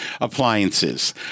appliances